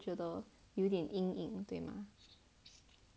觉得有点阴影对吗